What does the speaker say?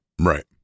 Right